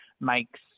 makes